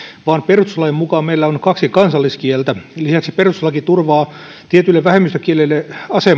vaan perustuslain mukaan meillä on kaksi kansalliskieltä lisäksi perustuslaki turvaa tietyille vähemmistökielille